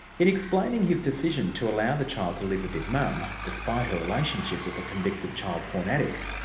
in explaining his decision to allow the child to live with his mum, despite her relationship with a convicted child porn addict,